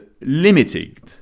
limited